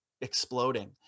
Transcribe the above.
exploding